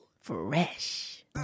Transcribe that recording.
Fresh